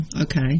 okay